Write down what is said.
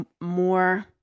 more